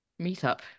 meetup